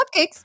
cupcakes